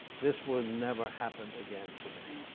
this will never happen again today.